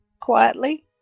quietly